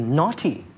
naughty